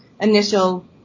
initial